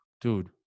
dude